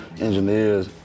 engineers